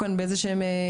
נעשו כאן דברים שהם באמת